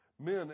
men